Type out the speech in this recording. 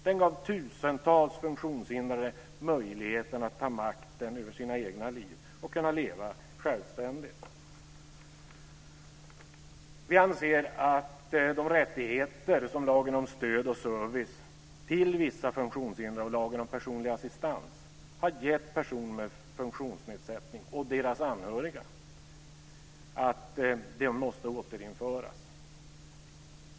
Den gav tusentals funktionshindrade möjligheten att ta makten över sina egna liv och kunna leva självständigt. Vi anser att de rättigheter som lagen om stöd och service till vissa funktionshindrade och lagen om personlig assistans har gett personer med funktionsnedsättning och deras anhöriga måste återinföras.